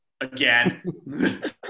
again